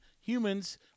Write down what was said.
humans